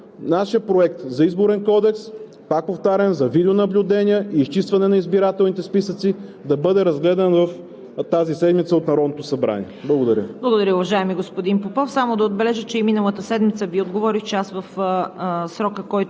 нашия проект за Изборен кодекс, пак повтарям, за видеонаблюдение и изчистване на избирателните списъци, и да бъде разгледан тази седмица от Народното събрание. Благодаря. ПРЕДСЕДАТЕЛ ЦВЕТА КАРАЯНЧЕВА: Благодаря, уважаеми господин Попов. Само да отбележа, че и миналата седмица Ви отговорих: според срока, който